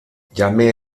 llamé